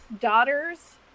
daughters